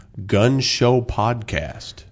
gunshowpodcast